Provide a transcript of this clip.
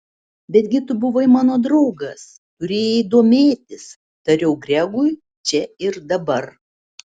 betgi tu buvai mano draugas turėjai domėtis tariau gregui čia ir dabar